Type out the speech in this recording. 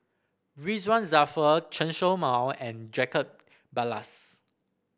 Ridzwan Dzafir Chen Show Mao and Jacob Ballas